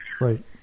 Right